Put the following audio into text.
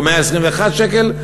או 121 שקל,